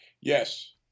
Yes